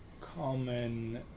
common